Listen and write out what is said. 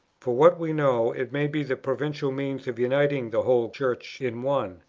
for what we know, it may be the providential means of uniting the whole church in one,